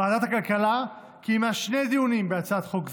ועדת הכלכלה קיימה שני דיונים בהצעת חוק זו,